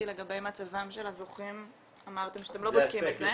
לגבי מצבם של הזוכים אמרתם שאתם לא בודקים את זה,